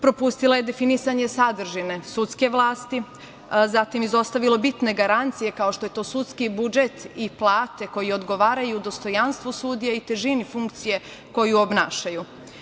Propustilo je definisanje sadržine sudske vlasti, zatim, izostavilo bitne garancije, kao što je to sudski budžet i plate koje odgovaraju dostojanstvu sudija i težini funkcije koju obnašaju.